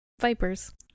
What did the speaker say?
Vipers